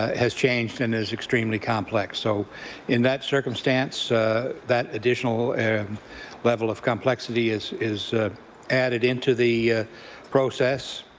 has changed and is extremely complex. so in that circumstance that additional level of complexity is is added into the process,